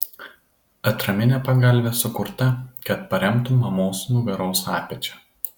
atraminė pagalvė sukurta kad paremtų mamos nugaros apačią